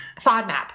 FODMAP